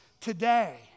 today